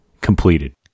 completed